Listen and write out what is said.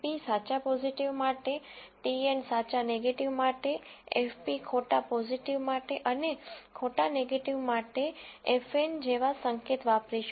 પી સાચા પોઝીટિવ માટે ટીએન સાચા નેગેટીવ માટે એફપી ખોટા પોઝીટિવ માટે અને ખોટા નેગેટીવ માટે એફએન જેવા સંકેત વાપરીશું